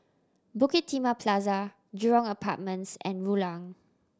Bukit Timah Plaza Jurong Apartments and Rulang